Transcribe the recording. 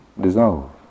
dissolve